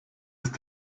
ist